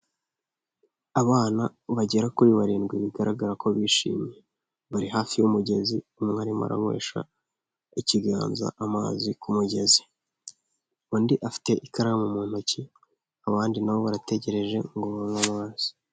Abana bagera kuri barindwi bigaragara ko bishimye, bari hafi y'umugezi, umwe arimo aranywesha ikiganza amazi ku mugezi, undi afite ikaramu mu ntoki, abandi nabo barategereje ngo banywe amazi.